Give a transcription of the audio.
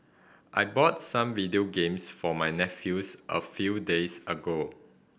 I bought some video games for my nephews a few days ago